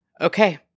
Okay